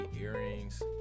earrings